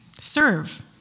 serve